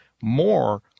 more